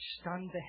stunned